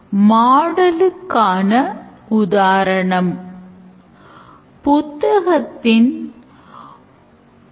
எனவே use caseக்காக நாம் ஆவணப்படுத்தும் ஒவ்வொரு அடியும் use case செயல்பாட்டில் சில உறுதியான முன்னேற்றத்தை ஏற்படுத்த வேண்டும்